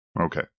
Okay